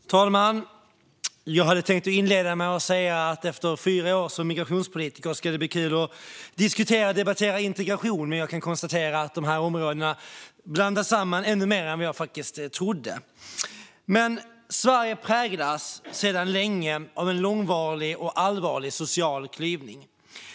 Herr talman! Jag hade tänkt inleda med att säga att det efter fyra år som migrationspolitiker ska bli kul att diskutera och debattera integration. Men jag kan konstatera att de här områdena blandas samman ännu mer än vad jag trodde. Sverige präglas sedan länge av en långvarig och allvarlig social klyvning.